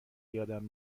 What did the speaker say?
یادم